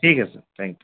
ٹھیک ہے sir thank